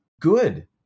Good